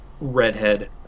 redhead